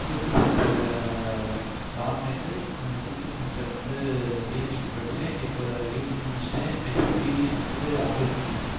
fifth செமெஸ்டரில் dot net sixth செமெஸ்டரில் வந்து பிஹச்பி படித்தேன் இப்போ யூஜி முடித்துட்டேன் நெஸ்ட்டு பிஜிக்கு வந்து அப்ளை பண்ணியிருக்கேன்